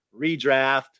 redraft